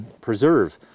preserve